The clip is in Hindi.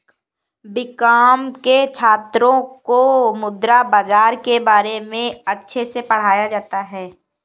बीकॉम के छात्रों को मुद्रा बाजार के बारे में अच्छे से पढ़ाया जाता है